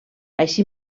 així